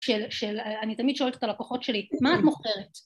‫שאני תמיד שואלת את הלקוחות שלי, ‫מה את מוכרת?